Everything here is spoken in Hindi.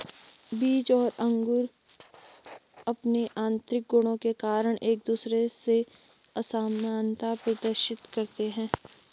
बीज और अंकुर अंपने आतंरिक गुणों के कारण एक दूसरे से असामनता प्रदर्शित करते हैं